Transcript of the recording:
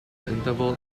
interval